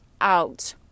out